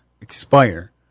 expire